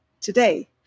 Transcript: today